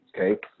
Okay